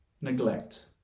neglect